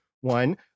one